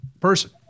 person